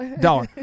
Dollar